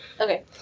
Okay